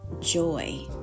Joy